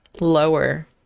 Lower